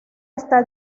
está